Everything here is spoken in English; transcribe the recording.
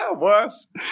Worse